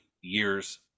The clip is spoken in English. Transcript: years